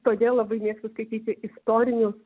todėl labai mėgstu skaityti istorinius